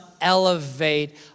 elevate